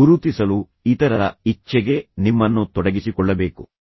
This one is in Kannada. ಗುರುತಿಸಲು ಇತರರ ಇಚ್ಛೆಗೆ ನಿಮ್ಮನ್ನು ತೊಡಗಿಸಿಕೊಳ್ಳಬೇಕು